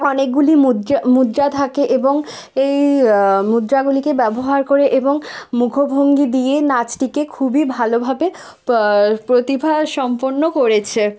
অনেকগুলি মুদ্রা মুদ্রা থাকে এবং এই মুদ্রাগুলিকে ব্যবহার করে এবং মুখভঙ্গি দিয়ে নাচটিকে খুবই ভালোভাবে প প্রতিভা সম্পন্ন করেছে